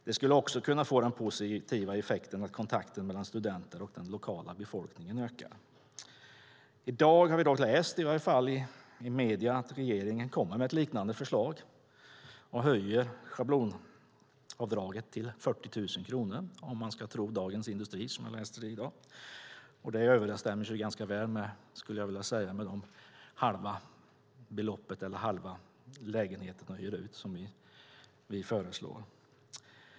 Det skulle också kunna få den positiva effekten att kontakten mellan studenter och lokalbefolkning ökar. I dag kan man läsa i Dagens Industri att regeringen föreslår en höjning av schablonavdraget till 40 000 kronor. Det motsvarar ganska väl vårt förslag om att få hyra ut halva lägenheten skattefritt.